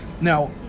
Now